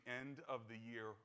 end-of-the-year